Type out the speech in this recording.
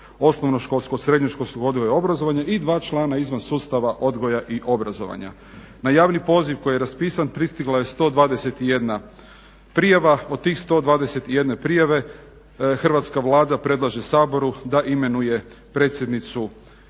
osnovnoškolskog, srednjoškolskog odgoja i obrazovanja i 2 člana izvan sustava odgoja i obrazovanja. Na javni poziv koji je raspisan pristigla je 121 prijava, od tih 121 prijave hrvatska Vlada predlaže Saboru da imenuje predsjednicu